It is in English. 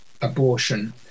abortion